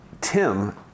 Tim